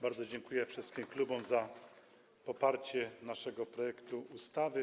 Bardzo dziękuję wszystkim klubom za poparcie naszego projektu ustawy.